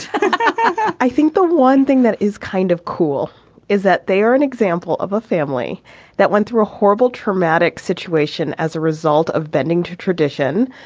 i think the one thing that is kind of cool is that they are an example of a family that went through a horrible traumatic situation as a result of bending to tradition.